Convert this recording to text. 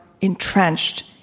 entrenched